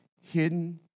Hidden